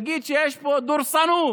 יגיד שיש פה דורסנות,